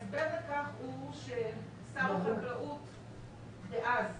הסבר לכך שהוא ששר החקלאות דאז,